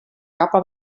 capa